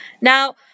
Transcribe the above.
Now